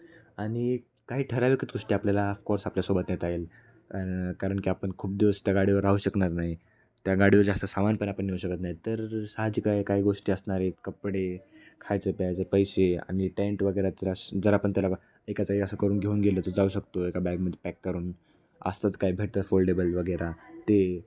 आणि काही ठराविकच गोष्टी आपल्याला अफ कोर्स आपल्यासोबत नेता येईल कारण की आपण खूप दिवस त्या गाडीवर राहू शकणार नाही त्या गाडीवर जास्त सामान पण आपण नेऊ शकत नाही तर साहजिक आहे काही गोष्टी असणार आहेत कपडे खायचं प्यायचं पैसे आणि टेंट वगैरे जरा जर आपण त्याला एकाचंही असं करून घेऊन गेलं तर जाऊ शकतो एका बॅगमध्ये पॅक करून असतंच काय भेटतं फोल्डेबल वगैरे ते